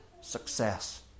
success